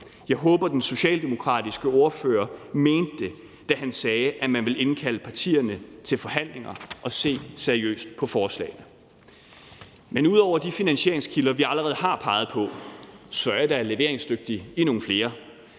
Jeg håber, at den socialdemokratiske ordfører mente det, da han sagde, at man vil indkalde partierne til forhandlinger og se seriøst på forslagene. Men ud over de finansieringskilder, som vi allerede har peget på, er jeg da leveringsdygtig i nogle flere.